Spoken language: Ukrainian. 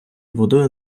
водою